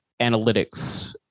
analytics